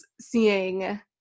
seeing